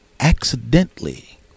Accidentally